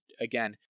Again